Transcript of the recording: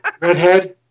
Redhead